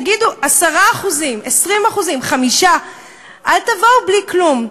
תגידו 10%, 20%, 5%. אל תבואו בלי כלום.